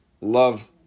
love